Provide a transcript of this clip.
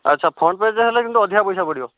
ଆଚ୍ଛା ଫ୍ରଣ୍ଟ ପେଜରେ ହେଲେ କିନ୍ତୁ ଅଧିକା ପଇସା ପଡ଼ିବ